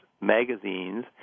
magazines